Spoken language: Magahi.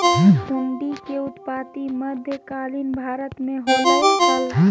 हुंडी के उत्पत्ति मध्य कालीन भारत मे होलय हल